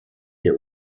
der